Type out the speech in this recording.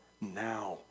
now